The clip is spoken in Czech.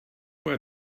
bude